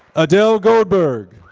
adele goldberg.